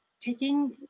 taking